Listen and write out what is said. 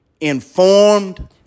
informed